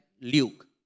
Luke